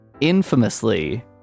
infamously